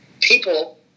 people